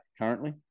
currently